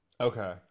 Okay